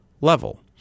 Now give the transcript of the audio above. level